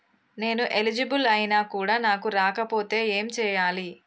నేను ఎలిజిబుల్ ఐనా కూడా నాకు రాకపోతే ఏం చేయాలి?